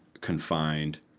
confined